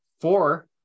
four